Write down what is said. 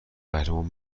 قهرمان